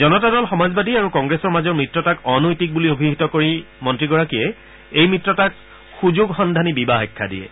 জনতা দল সমাজবাদী আৰু কংগ্ৰেছৰ মাজৰ মিত্ৰতাক অনৈতিক বুলি অভিহিত কৰি মন্ত্ৰীগৰাকীয়ে এই মিত্ৰতাক সুযোগ সন্ধানী বিবাহ আখ্যা দিয়ে